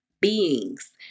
beings